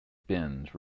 bins